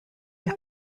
die